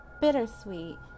bittersweet